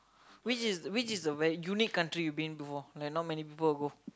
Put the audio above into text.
which is which is the where unique country you been before like not many people would go